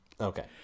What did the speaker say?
Okay